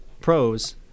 pros